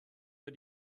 für